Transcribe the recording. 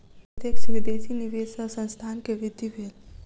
प्रत्यक्ष विदेशी निवेश सॅ संस्थान के वृद्धि भेल